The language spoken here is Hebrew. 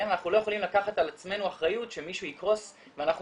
אנחנו לא יכולים לקחת על עצמנו אחריות שמישהו יקרוס ואנחנו